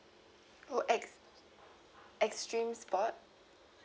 oh ex~ extreme sport